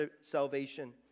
salvation